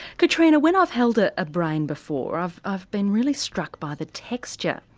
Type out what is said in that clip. katrina, when i've held a ah brain before, i've i've been really struck by the texture.